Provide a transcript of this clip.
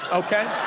okay?